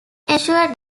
ensured